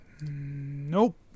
Nope